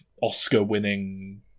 Oscar-winning